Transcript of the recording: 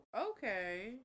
okay